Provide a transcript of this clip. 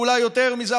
ואולי יותר מזה.